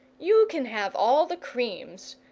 you can have all the creams,